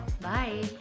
Bye